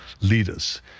leaders